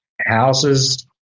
houses